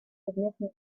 совместной